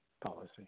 policy